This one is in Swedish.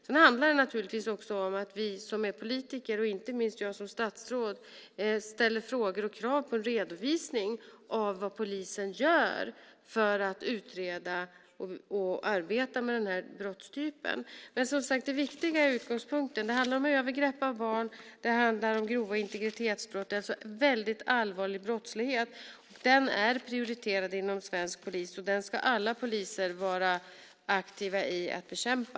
Det handlar naturligtvis också om att vi som politiker och inte minst jag som statsråd ställer frågor och krav på en redovisning av vad polisen gör för att utreda och arbeta med den här brottstypen. Det viktiga är som sagt var utgångspunkten ligger: Det handlar om övergrepp på barn, och det handlar om grova integritetsbrott. Det är alltså en väldigt allvarlig brottslighet som är prioriterad hos svensk polis, och denna brottslighet ska alla poliser vara aktiva i att bekämpa.